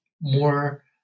more